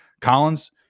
Collins